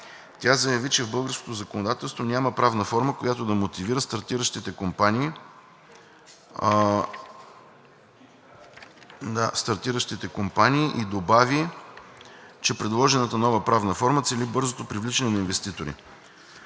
Тя заяви, че в българското законодателство няма правна форма, която да мотивира стартиращите компании, и добави, че предложената нова правна форма цели бързото привличане на инвеститори.